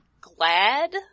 glad